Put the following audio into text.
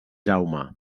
jaume